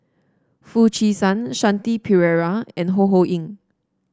Foo Chee San Shanti Pereira and Ho Ho Ying